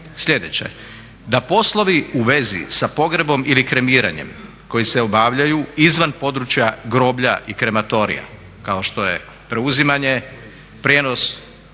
sljedeće: da poslovi u vezi sa pogrebom ili kremiranjem koji se obavljaju izvan područja groblja i krematorija kao što je preuzimanje, prijenos